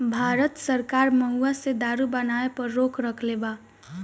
भारत सरकार महुवा से दारू बनावे पर रोक रखले बा